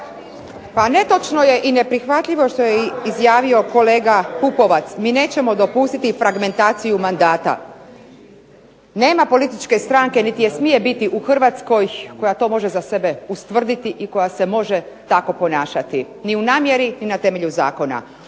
Pa netočno je i neprihvatljivo što je izjavio kolega Pupovac mi nećemo dopustiti fragmentaciju mandata. Nema političke stranke niti je smije biti u Hrvatskoj koja to može za sebe ustvrditi i koja se može tako ponašati. Ni u namjeri ni na temelju zakona.